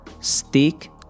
stick